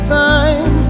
time